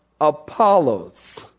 Apollos